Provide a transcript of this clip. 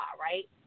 right